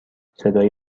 صدای